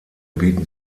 bieten